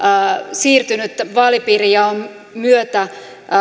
siirtynyt vaalipiirijaon myötä